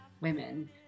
women